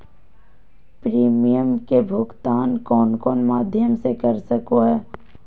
Premium के भुक्तान कौन कौन माध्यम से कर सको है?